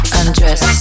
undress